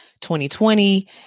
2020